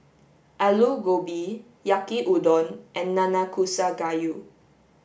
Alu Gobi Yaki udon and Nanakusa gayu